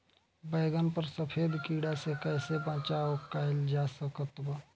बैगन पर सफेद कीड़ा से कैसे बचाव कैल जा सकत बा?